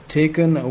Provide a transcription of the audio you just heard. taken